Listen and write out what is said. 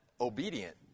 obedient